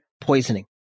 poisoning